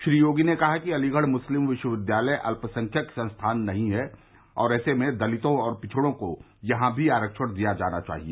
श्री योगी ने कहा कि अलीगढ़ मुस्लिम विश्वविद्यालय अत्पसंख्यक संस्थान नहीं है और ऐसे में दलितों और पिछड़ों को भी यहां आरक्षण दिया जाना चाहिए